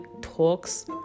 talks